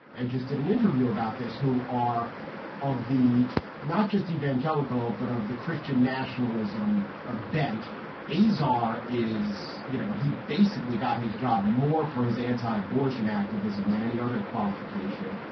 i just did an interview about this who are of the not just evangelical, but of the christian nationalism. a bent azar is you know, he basically got his job more for his anti-abortion activism than any other qualification.